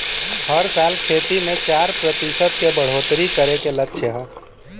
हर साल खेती मे चार प्रतिशत के बढ़ोतरी करे के लक्ष्य हौ